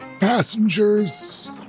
Passengers